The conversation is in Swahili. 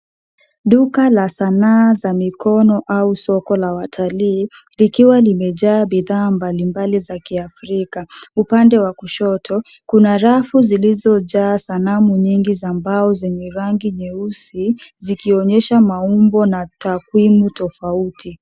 Duka la sanaa za mikono au soko la watalii likiwa limejaa bidhaa mbalimbali za kiafrika. Upande wa kushoto, kuna rafu zilizojaa sanamu nyingi za mbao zenye rangi nyeusi zikionyesha maumbo na takwimu tofauti.